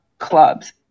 clubs